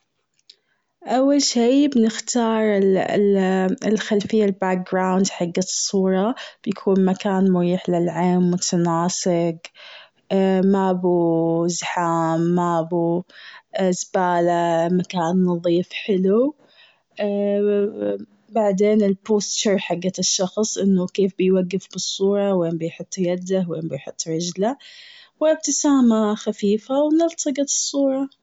أول شي بنختار ال- الخلفية background حقت الصورة بيكون مكان مريح للعين و متناسق. ما بو زحام ما بو زبالة مكان نظيف حلو. بعدين ال poster حقت الشخص إنه كيف بيوقف بالصورة وين بيحط يده وين بيحط رجله. و ابتسامة خفيفة و نلصق الصورة.